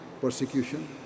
persecution